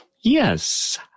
Yes